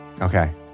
Okay